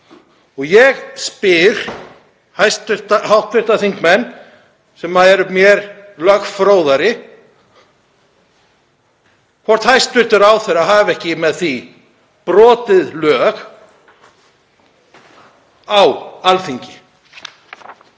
Og ég spyr hv. þingmenn, sem eru mér lögfróðari, hvort hæstv. ráðherra hafi ekki með því brotið lög á Alþingi.